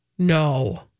No